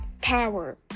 power